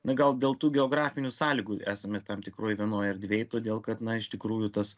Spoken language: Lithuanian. na gal dėl tų geografinių sąlygų esame tam tikroj vienoj erdvėj todėl kad na iš tikrųjų tas